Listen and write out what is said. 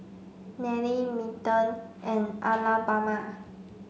Nelly Milton and Alabama